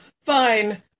Fine